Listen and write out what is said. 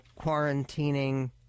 quarantining